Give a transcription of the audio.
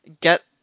get